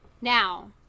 now